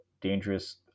dangerous